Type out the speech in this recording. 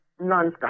nonstop